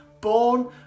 born